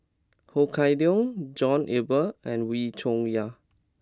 Ho Kah Leong John Eber and Wee Cho Yaw